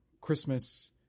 Christmas